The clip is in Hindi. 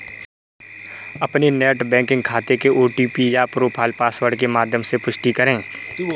अपने नेट बैंकिंग खाते के ओ.टी.पी या प्रोफाइल पासवर्ड के माध्यम से पुष्टि करें